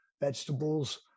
vegetables